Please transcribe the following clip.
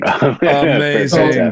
amazing